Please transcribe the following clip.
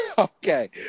Okay